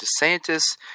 DeSantis